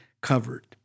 covered